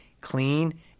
clean